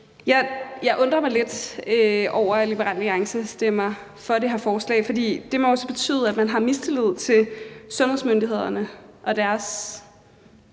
Jeg undrer mig lidt over, at Liberal Alliance stemmer for det her forslag, for det må jo så betyde, at man har mistillid til sundhedsmyndighederne og deres